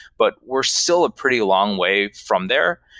but we're still a pretty long way from there.